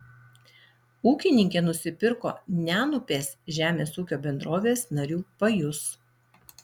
ūkininkė nusipirko nenupės žemės ūkio bendrovės narių pajus